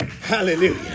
Hallelujah